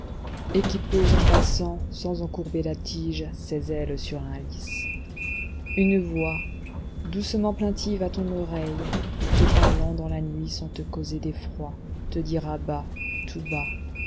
et qui pose en passant sans en courber la tige ses ailes sur un lis une voix doucement plaintive à ton oreille te parlant dans la nuit sans te causer d'effroi te dira bas tout bas